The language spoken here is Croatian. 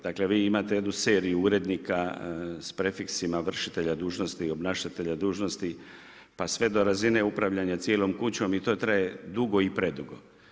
Dakle, vi imate jednu seriju urednika s prefiksima vršitelja dužnosti, obnašatelja dužnosti pa sve do razine upravljanja cijelom kućom i to traje dugo i predugo.